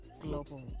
global